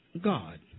God